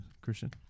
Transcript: Christian